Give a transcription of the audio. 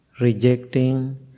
rejecting